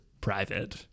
private